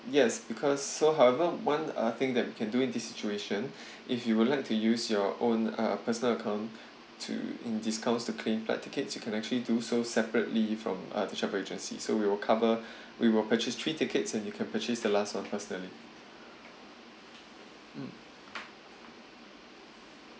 yes because so however one uh thing that we can do in this situation if you would like to use your own uh personal account to in discounts to claim flight tickets you can actually do so separately from uh the travel agency so we will cover we will purchase three tickets and you can purchase the last one personally mm